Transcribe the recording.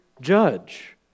judge